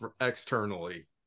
externally